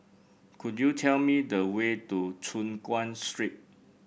could you tell me the way to Choon Guan Street